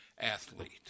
athlete